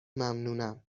ممنونم